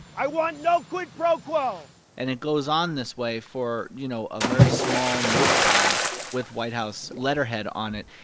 i want no quid pro quo and it goes on this way for, you know, a very small notepad with white house letterhead on it.